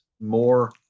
more